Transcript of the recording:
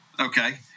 Okay